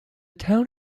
town